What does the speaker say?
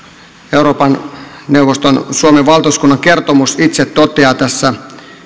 euroopan neuvoston suomen valtuuskunnan kertomus itse toteaa tässä